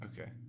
Okay